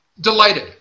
delighted